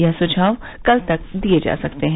यह सुझाव कल तक दिये जा सकते हैं